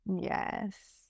Yes